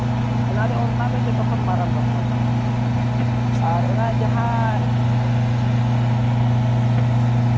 ᱚᱱᱟ ᱫᱚ ᱚᱱᱟ ᱫᱚ ᱡᱚᱛᱚ ᱠᱷᱚᱱ ᱢᱟᱨᱟᱝ ᱵᱟᱯᱞᱟ ᱠᱟᱱᱟ ᱟᱨ ᱚᱱᱟ ᱡᱟᱦᱟᱸ